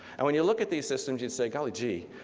and when you look at these systems, you'd say golly gee,